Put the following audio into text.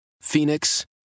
Phoenix